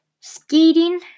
skating